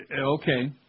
Okay